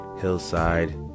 hillside